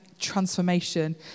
transformation